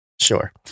Sure